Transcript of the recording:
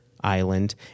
island